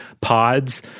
pods